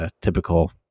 typical